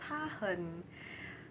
他很